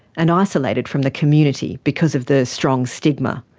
and isolated from the community because of the strong stigma.